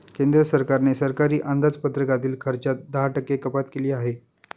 केंद्र सरकारने सरकारी अंदाजपत्रकातील खर्चात दहा टक्के कपात केली आहे